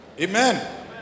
Amen